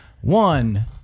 One